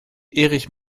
erich